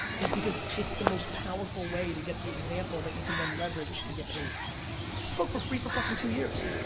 is because it's the most powerful way to get the example that you can then leverage to get paid. i spoke for free for fucking two years.